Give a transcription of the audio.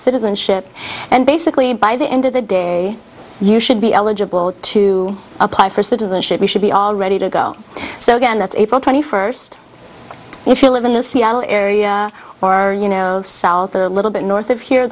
citizenship and basically by the end of the day you should be eligible to apply for citizenship we should be all ready to go so again that's april twenty first if you live in the seattle area or sells a little bit north of here